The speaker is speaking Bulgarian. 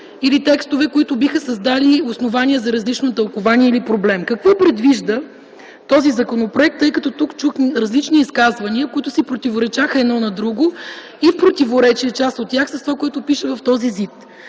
или такива, които биха създали основания за различно тълкувание или проблем. Какво предвижда този законопроект, тъй като тук чухме различни изказвания, които си противоречаха едно на друго и част от тях са в противоречие с това, което пише в този